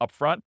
upfront